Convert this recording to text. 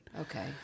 Okay